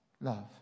love